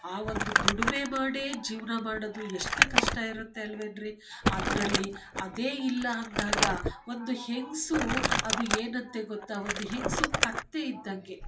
ಆ ಒಂದು ದುಡಿಮೆ ಮಾಡಿ ಜೀವನ ಮಾಡೋದು ಎಷ್ಟು ಕಷ್ಟ ಇರುತ್ತೆ ಅಲ್ವೇನ್ರಿ ಅದರಲ್ಲಿ ಅದೇ ಇಲ್ಲ ಅಂದಾಗ ಒಂದು ಹೆಂಗಸು ಅದು ಏನಂತೆ ಗೊತ್ತ ಒಂದು ಹೆಂಗಸು ಕತ್ತೆ ಇದ್ದಂಗೆ